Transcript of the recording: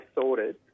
sorted